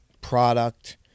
product